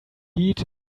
heat